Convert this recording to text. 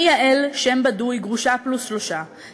אני יעל, שם בדוי, גרושה פלוס שלושה.